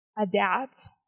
adapt